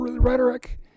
rhetoric